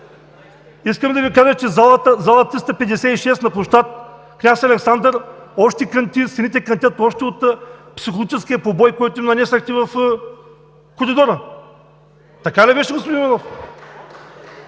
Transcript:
Искам да Ви кажа, че в зала 356 на площад „Княз Александър I“ стените още кънтят от психологическия побой, който им нанесохте в коридора. Така ли беше, господин Иванов?